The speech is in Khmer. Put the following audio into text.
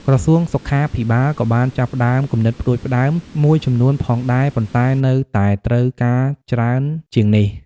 ក្រសួងសុខាភិបាល ក៏បានចាប់ផ្តើមគំនិតផ្តួចផ្តើមមួយចំនួនផងដែរ ប៉ុន្តែនៅតែត្រូវការច្រើនជាងនេះ។